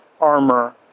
armor